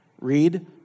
Read